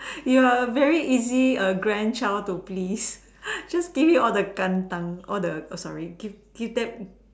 ya very easy grandchild to please just give him all the kantang all the sorry give give them